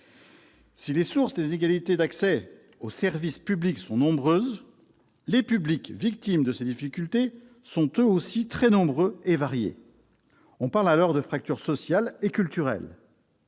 Si les sources de ces inégalités sont nombreuses, les publics victimes de ces difficultés sont, eux aussi, très nombreux et variés. On parle alors de fracture sociale et culturelle.